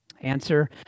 Answer